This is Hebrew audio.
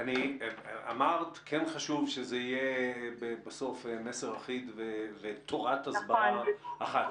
אמרת שכן חשוב שזה יהיה בסוף מסר אחיד ותורת הסברה אחת.